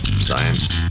Science